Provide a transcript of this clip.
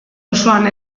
osoan